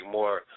more